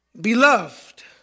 Beloved